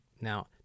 Now